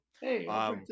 hey